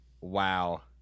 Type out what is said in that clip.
Wow